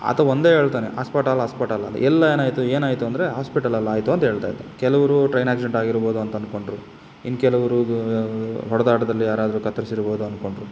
ಆತ ಒಂದೇ ಹೇಳ್ತಾನೆ ಆಸ್ಪೆಟಲ್ ಆಸ್ಪೆಟಲ್ ಅದು ಎಲ್ಲಿ ಏನಾಯಿತು ಏನಾಯಿತು ಅಂದರೆ ಹಾಸ್ಪೆಟಲ್ಲಲ್ಲಿ ಆಯಿತು ಅಂತ ಹೇಳ್ತಾ ಇದ್ದ ಕೆಲವ್ರು ಟ್ರೈನ್ ಆಕ್ಸಿಡೆಂಟ್ ಆಗಿರ್ಬೋದು ಅಂತ ಅಂದ್ಕೊಂಡ್ರು ಇನ್ನು ಕೆಲವ್ರು ಹೊಡೆದಾಟದಲ್ಲಿ ಯಾರಾದ್ರೂ ಕತ್ತರಿಸಿರ್ಬೋದು ಅಂದ್ಕೊಂಡ್ರು